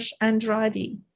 Andrade